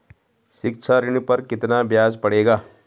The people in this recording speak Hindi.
शिक्षा ऋण पर कितना ब्याज पड़ेगा?